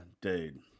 dude